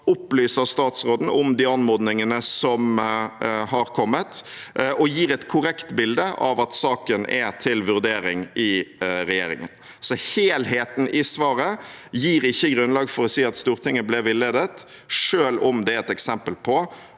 opplyser statsråden om de anmodningene som har kommet, og gir et korrekt bilde av at saken er til vurdering i regjeringen. Helheten i svaret gir derfor ikke grunnlag for å si at Stortinget ble villedet, selv om det er et eksempel på